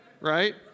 right